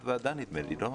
נדמה לי שאמרת ועדה.